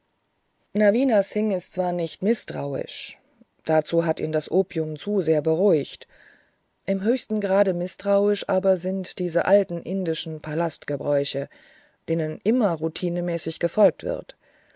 navina singh ist zwar nicht mißtrauisch dazu hat ihn das opium zu sehr beruhigt im höchsten grad mißtrauisch aber sind diese alten indischen palastgebräuche denen immer routinenmäßig gefolgt wird